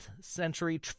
century